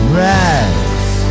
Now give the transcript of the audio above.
rise